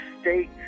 state